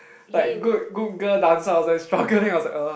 like good good girl dancer I was like struggling I was like uh